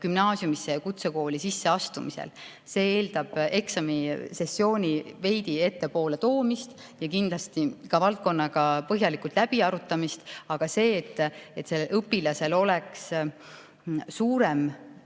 gümnaasiumisse ja kutsekooli sisseastumisel. See eeldab eksamisessiooni veidi ettepoole toomist ja kindlasti ka valdkonnaga põhjalikku läbiarutamist. Aga õpilasel oleks siis